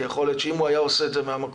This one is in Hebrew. כי יכול להיות שאם הוא היה עושה את זה מהמקום